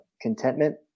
contentment